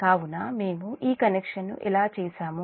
కాబట్టి మేము ఈ కనెక్షన్ను ఎలా చేసాము